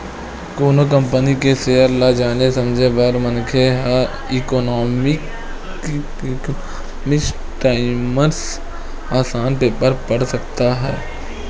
कोनो कंपनी के सेयर ल जाने समझे बर मनखे ह इकोनॉमिकस टाइमस असन पेपर पड़ सकत हे